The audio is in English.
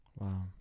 Wow